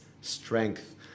strength